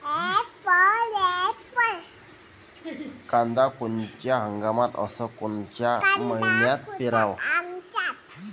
कांद्या कोनच्या हंगामात अस कोनच्या मईन्यात पेरावं?